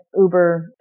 Uber